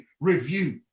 review